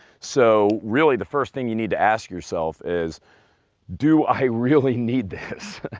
so really the first thing you need to ask yourself is do i really need this?